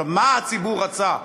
מה הציבור רצה?